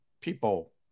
people